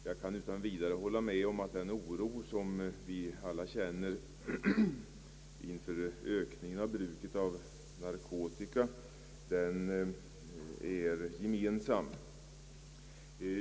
Jag kan utan vidare hålla med om att vi alla hyser oro inför ökningen av narkotikabruket.